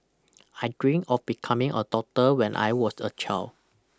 I dreamt of becoming a doctor when I was a child